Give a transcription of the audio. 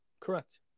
Correct